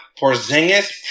Porzingis